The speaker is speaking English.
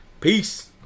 Peace